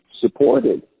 supported